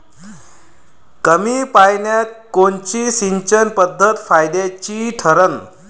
कमी पान्यात कोनची सिंचन पद्धत फायद्याची ठरन?